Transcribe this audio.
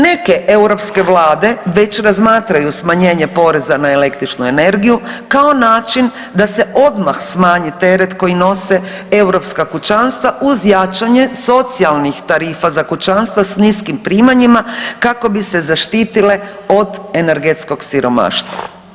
Neke europske vlade već razmatraju smanjenje poreza na električnu energiju kao način da se odmah smanji teret koji nose europska kućanstva uz jačanje socijalnih tarifa za kućanstva s niskim primanjima kako bi se zaštitile od energetskog siromaštva.